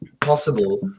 possible